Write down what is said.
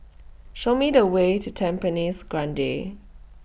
Show Me The Way to Tampines Grande